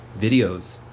videos